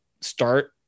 start